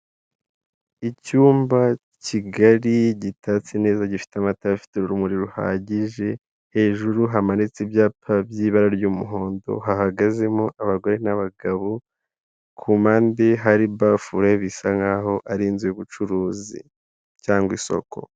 Icyumba kigari gitatse neza gifite amatara afite urumuri ruhagije, hejuru hamanitse ibyapa by'ibara ry'umuhondo, hahagazemo abagore n'abagabo, ku mpande hari bafure, bisa nkaho ari inzu y'ubucuruzi cyangwa isoko.